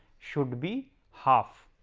should be half.